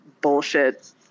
bullshit